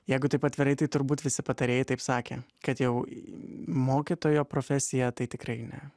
jeigu taip atvirai tai turbūt visi patarėjai taip sakė kad jau į mokytojo profesiją tai tikrai ne